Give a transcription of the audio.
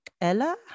ella